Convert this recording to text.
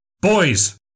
Boys